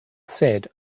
said